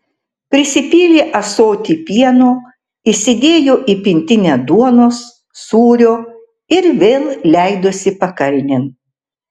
prisipylė ąsotį pieno įsidėjo į pintinę duonos sūrio ir vėl leidosi pakalnėn